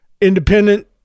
independent